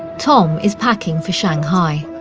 tom is packing for shanghai.